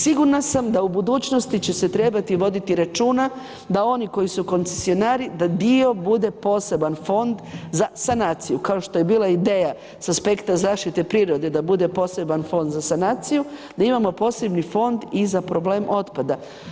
Sigurna sam da u budućnosti će se trebati voditi računa da oni koji su koncesionari, da dio bude poseban fond za sanaciju kao što je bila ideja sa aspekta zaštite prirode da bude poseban fond za sanaciju, da imamo poseban fond i za problem otpada.